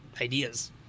ideas